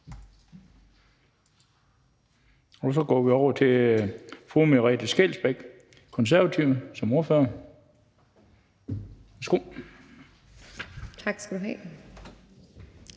så går vi over til fru Merete Scheelsbeck, Konservative, som ordfører.